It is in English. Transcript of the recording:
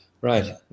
right